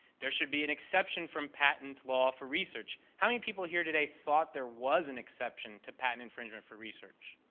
there should be an exception from patent law for research. how many people here today thought there was an exception to patent infringement for research?